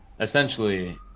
essentially